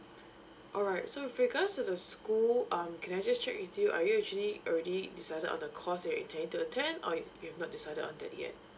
alright so with regards to the school um can I just check with you are you actually already decided on the course that you are intending to attend or yo~ you are not decided on that yet